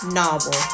novel